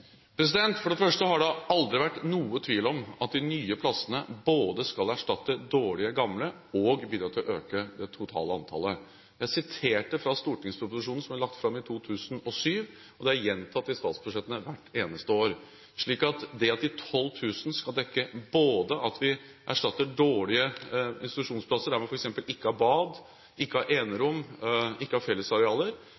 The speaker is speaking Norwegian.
For det første har det aldri vært noen tvil om at de nye plassene skal både erstatte dårlige, gamle plasser og bidra til å øke det totale antallet. Jeg siterte fra stortingsproposisjonen som ble lagt fram i 2007, og det er gjentatt i statsbudsjettene hvert eneste år. Punkt 1: Det at de 12 000 plassene skal erstatte dårlige institusjonsplasser, der man f.eks. ikke har bad, ikke har